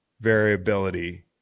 variability